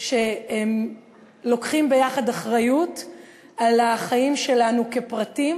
שלוקחים ביחד אחריות לחיים שלנו כפרטים